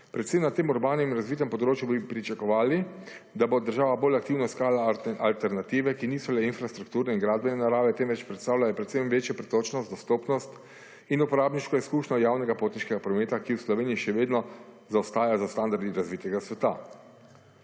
Predvsem na tem urbanem in razvitem področju bi pričakovali, da bo država bolj aktivno iskala alternative, ki niso le infrastrukturne in gradbene narave temveč predstavljajo precej večjo pretočno, dostopnost in uporabniško izkušnjo javnega potniškega prometa, ki v Sloveniji še vedno zaostaja za standardi razvitega sveta.